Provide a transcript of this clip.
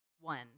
one